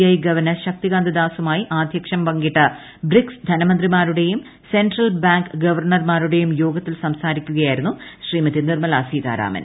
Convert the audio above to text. I governor Shaktikanta ദാസുമായി ആദ്ധ്യക്ഷ്യം പങ്കിട്ട ബ്രിക്സ് ധനമന്ത്രിമാരുടെയും സെൻട്രൽ ബാങ്ക് ഗവർണർമാരുടെയും യോഗത്തിൽ സംസാരിക്കുകയായിരുന്നു ശ്രീമതി നിർമ്മല സീതാരാമൻ